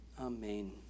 Amen